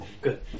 Good